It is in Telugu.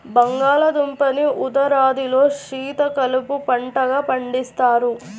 బంగాళాదుంపని ఉత్తరాదిలో శీతాకాలపు పంటగా పండిస్తారు